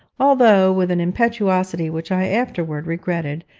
although with an impetuosity which i afterwards regretted,